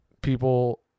People